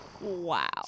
wow